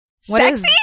Sexy